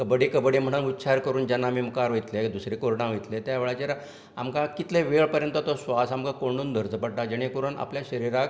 कब्बडी कब्बडी म्हणोन उच्चार करून जेन्ना आमी मुखार वयतलें दुसरें कोर्टांत वयतलें त्या वेळाचेर आमकां कितले वेळ पर्यंत तो श्वास आमकां कोंडून धरचो पडटा जेणें करून आपल्या शरीराक